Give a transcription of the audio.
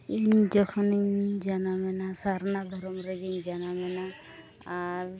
ᱤᱧ ᱡᱚᱠᱷᱚᱱᱤᱧ ᱡᱟᱱᱟᱢᱮᱱᱟ ᱥᱟᱨᱱᱟ ᱫᱷᱚᱨᱚᱢ ᱨᱮᱜᱤᱧ ᱡᱟᱱᱟᱢ ᱞᱮᱱᱟ ᱟᱨ